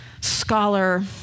scholar